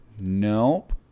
Nope